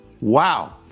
wow